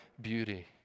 beauty